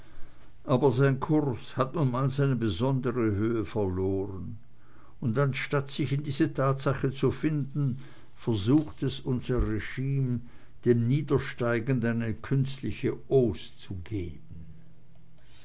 aber sein kurs hat nun mal seine besondere höhe verloren und anstatt sich in diese tatsache zu finden versucht es unser regime dem niedersteigenden eine künstliche hausse zu geben